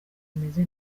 ameze